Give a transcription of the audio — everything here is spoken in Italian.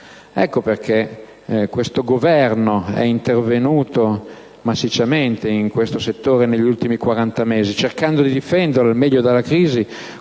Ecco perché il Governo è intervenuto massicciamente in questo settore negli ultimi 40 mesi, cercando di difenderlo al meglio dalla crisi